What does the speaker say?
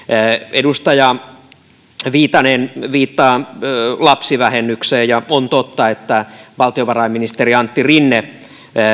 edustaja viitanen viittaa lapsivähennykseen ja on totta että valtiovarainministeri antti rinne